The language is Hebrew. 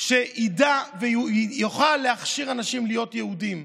שידע ויוכל להכשיר אנשים להיות יהודים.